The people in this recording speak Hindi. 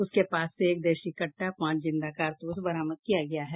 उसके पास से एक देशी कहा पांच जिंदा कारतूस बरामद किया गया है